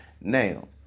Now